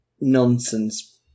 nonsense